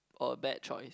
or bad choice